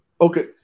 Okay